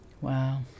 Wow